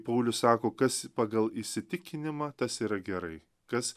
paulius sako kas pagal įsitikinimą tas yra gerai kas